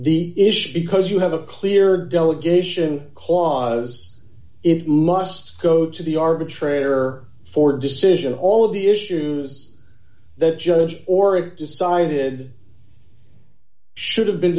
the issue because you have a clear delegation clause it must go to the arbitrator for decision all of the issues that judge or it decided should have been